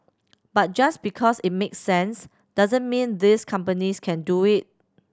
but just because it makes sense doesn't mean these companies can do it